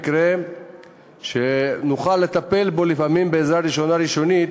מקרה שנוכל לטפל בו לפעמים בעזרה ראשונה ראשונית,